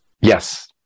Yes